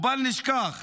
ובל נשכח